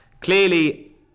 clearly